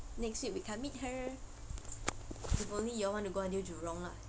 next week we can meet her if only y'all want to go until jurong lah